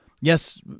Yes